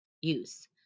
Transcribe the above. use